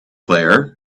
player